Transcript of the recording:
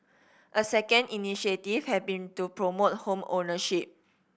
a second initiative have been to promote home ownership